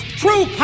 true